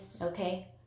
okay